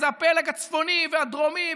אז זה הפלג הצפוני והדרומי,